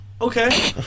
Okay